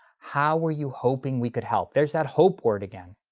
how were you hoping we could help? there's that hope word again.